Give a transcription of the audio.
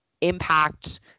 impact